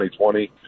2020